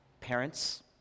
Parents